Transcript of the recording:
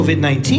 COVID-19